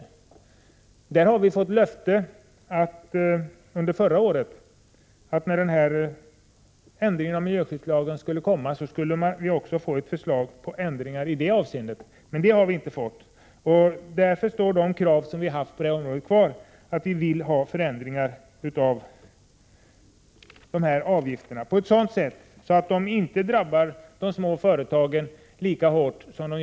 Under förra året fick vi ett löfte om att regeringen, när förslaget om en ändring av miljöskyddslagen lades fram, också skulle lägga fram ett förslag i detta avseende. Det har vi emellertid inte fått. Därför kvarstår våra krav på detta område, dvs. att vi vill att det skall ske en förändring av dessa avgifter på ett sådant sätt att de inte drabbar de små företagen lika hårt som i dag.